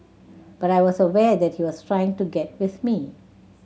but I was aware that he was trying to get with me